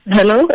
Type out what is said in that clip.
Hello